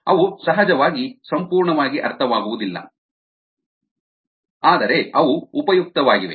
ಅವು ಸಹಜವಾಗಿ ಸಂಪೂರ್ಣವಾಗಿ ಅರ್ಥವಾಗುವುದಿಲ್ಲ ಆದರೆ ಅವು ಉಪಯುಕ್ತವಾಗಿವೆ